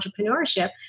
entrepreneurship